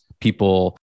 people